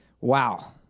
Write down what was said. Wow